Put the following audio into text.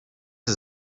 sie